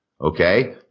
Okay